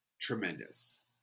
tremendous